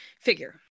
figure